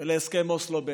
ולהסכם אוסלו ב',